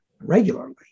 regularly